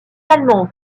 allemands